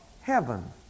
heaven